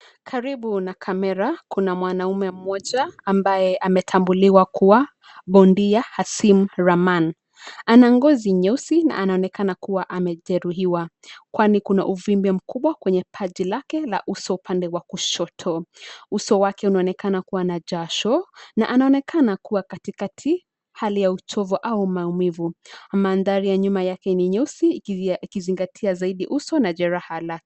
Karibu na kamera kuna mwanaume mmoja ambaye ametambuliwa kuwa bondia Hassim Raman. Ana ngozi nyeusi na anaonekana kuwa amejeruhiwa; kwani kuna uvimbe mkubwa kwenye paji lake la uso, upande wa kushoto. Uso wake unaonekana kuwa na jasho na anaonekana kuwa katika hali ya uchovu au maumivu. Mandhari ya nyuma yake ni meusi ikizingatia zaidi uso na jeraha lake.